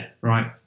right